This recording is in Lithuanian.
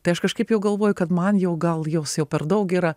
tai aš kažkaip jau galvoju kad man jau gal jos jau per daug yra